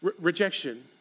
Rejection